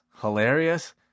hilarious